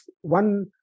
one